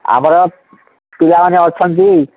ଆମର ପିଲାମାନେ ଅଛନ୍ତି